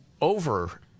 over